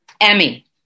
Emmy